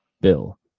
Bill